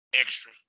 extra